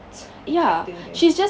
it factor there